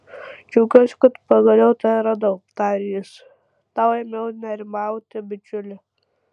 džiaugiuosi kad pagaliau tave radau tarė jis tau ėmiau nerimauti bičiuli